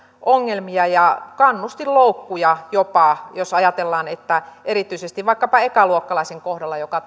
ongelmia ja kannustinloukkuja jopa jos ajatellaan erityisesti vaikkapa ekaluokkalaisen kohdalla joka